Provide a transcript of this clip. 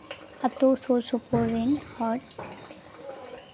ᱟᱛᱳ ᱥᱩᱨ ᱥᱩᱯᱩᱨ ᱨᱮᱱ ᱦᱚᱲ